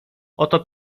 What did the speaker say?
oto